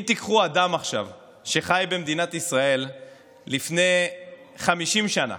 אם תיקחו אדם שחי במדינת ישראל לפני 50 שנה